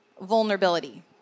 vulnerability